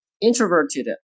Introverted